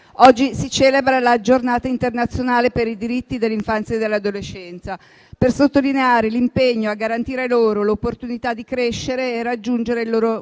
oggi si celebra la Giornata internazionale per i diritti dell'infanzia e dell'adolescenza, per sottolineare l'impegno a garantire loro l'opportunità di crescere e raggiungere il loro